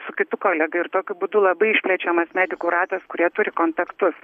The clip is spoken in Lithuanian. su kitu kolega ir tokiu būdu labai išplečiamas medikų ratas kurie turi kontaktus